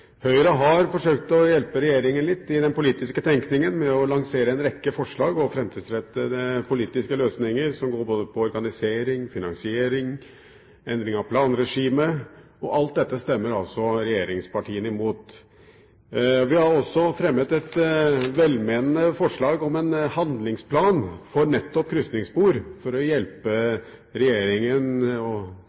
Høyre har forsøkt å hjelpe regjeringen litt i den politiske tenkningen, ved å lansere en rekke forslag og framtidsrettede politiske løsninger som går både på organisering, finansiering og endring av planregimet. Alt dette stemmer altså regjeringspartiene imot. Vi har også fremmet et velmenende forslag om en handlingsplan for nettopp krysningsspor, for å hjelpe regjeringen